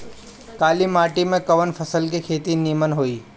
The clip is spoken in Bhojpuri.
काली माटी में कवन फसल के खेती नीमन होई?